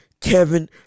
Kevin